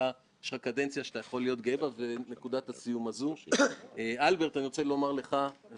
בלי הנכונות של יושב-ראש הכנסת ושלך אלברט לא היינו נמצאים ברגע הזה.